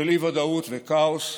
של אי-ודאות וכאוס,